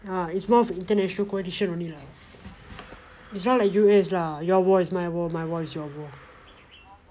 uh is more of international coalition only is not like U_S lah your war is my war my war is your war